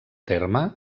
terme